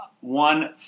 one